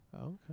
Okay